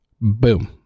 Boom